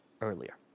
earlier